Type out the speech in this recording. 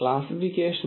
എന്ന് ചോദിക്കാം